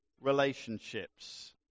relationships